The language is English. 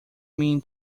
mean